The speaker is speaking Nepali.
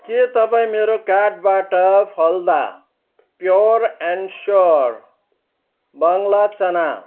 के तपाईँ मेरो कार्टबाट फलदा प्योर एन्ड स्योर बाङ्ला चना